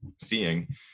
seeing